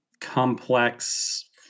complex